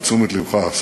לתשומת לבך,